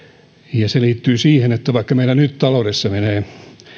ja se liittyy siihen että vaikka meillä nyt taloudessa menee